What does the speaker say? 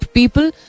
people